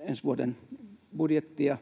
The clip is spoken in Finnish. ensi vuoden budjettia,